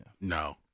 No